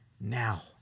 now